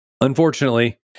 unfortunately